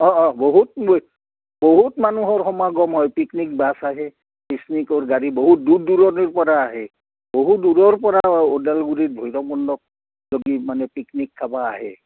অঁ অঁ বহুত বহুত মানুহৰ সমাগম হয় পিকনিক বাছ আহে পিকনিকৰ গাড়ী বহুত দূৰ দূৰৰ পৰা আহে বহুত দূৰৰ পৰা ওদালগুৰিত ভৈৰৱকুণ্ড মানে পিকনিক খাবা আহে